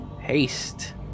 Haste